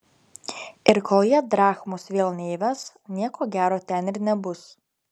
ir kol jie drachmos vėl neįves nieko gero ten ir nebus